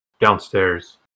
downstairs